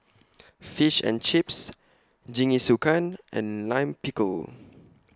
Fish and Chips Jingisukan and Lime Pickle